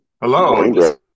Hello